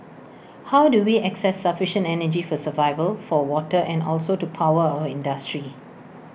how do we access sufficient energy for survival for water and also to power our industry